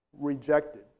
rejected